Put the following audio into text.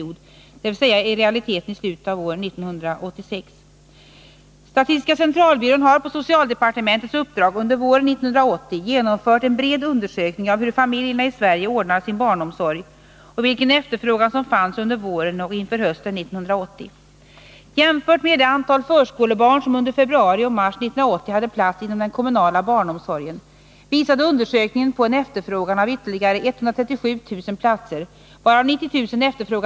Statistiska centralbyrån har på socialdepartementets uppdrag under våren 1980 genomfört en bred undersökning av hur familjerna i Sverige ordnar sin barnomsorg och vilken efterfrågan som fanns under våren och inför hösten 1980.